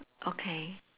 okay